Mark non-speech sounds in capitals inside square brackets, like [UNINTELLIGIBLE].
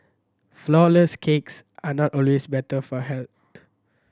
flourless cakes are not always better for health [UNINTELLIGIBLE]